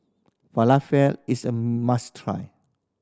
falafel is a must try